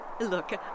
Look